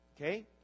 Okay